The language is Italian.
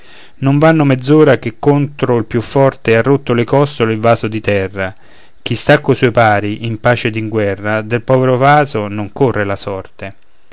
non vanno mezz'ora che contro il più forte ha rotte le costole il vaso di terra chi sta co suoi pari in pace ed in guerra del povero vaso non corre la sorte